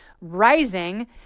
rising